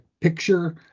picture